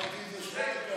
אמרתי את זה 700 פעמים.